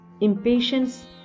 impatience